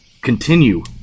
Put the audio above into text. Continue